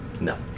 No